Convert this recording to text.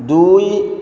ଦୁଇ